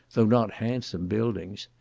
though not handsome buildings.